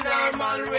Normal